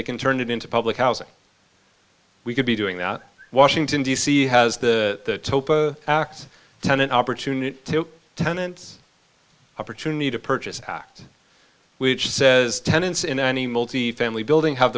they can turn it into public housing we could be doing that washington d c has the x ten an opportunity to tenants opportunity to purchase act which says tenants in any multifamily building have